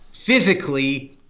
physically